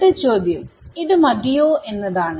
അടുത്ത ചോദ്യംഇത് മതിയോ എന്നതാണ്